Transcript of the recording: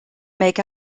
make